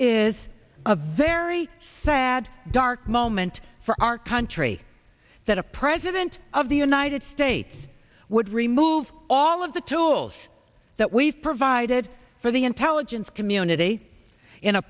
is a very sad dark moment for our country that a president of the united states would remove all of the tools that we've provided for the intelligence community in a